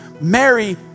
Mary